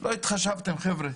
לא התחשבתם, חבר'ה.